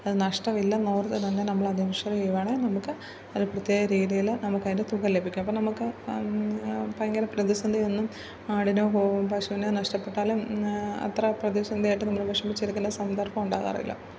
അത് നഷ്ടമില്ലെന്നോർത്ത് തന്നെ നമ്മളത് ഇൻഷുവർ ചെയ്യുകയാണെങ്കിൽ നമുക്ക് പ്രത്യേകരീതിയിൽ നമുക്കതിൻ്റെ തുക ലഭിക്കും അപ്പം നമുക്ക് ഭയങ്കര പ്രതിസന്ധി ഒന്നും ആടിനോ പശുവിനോ നഷ്ടപ്പെട്ടാൽ അത്ര പ്രതിസന്ധി ആയിട്ട് നമ്മൾ വിഷമിച്ചിരിക്കേണ്ട സന്ദർഭം ഉണ്ടാവാറില്ല